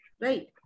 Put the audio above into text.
right